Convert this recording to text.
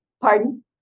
pardon